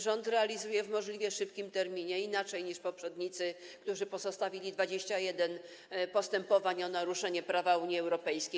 Rząd realizuje to w możliwie szybkim terminie - inaczej niż poprzednicy, którzy pozostawili 21 postępowań o naruszenie prawa Unii Europejskiej.